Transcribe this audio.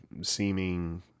seeming